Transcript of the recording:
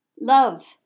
Love